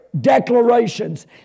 declarations